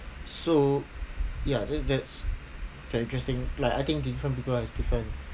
so ya that's that's very interesting like I think different people acts different